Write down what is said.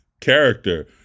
character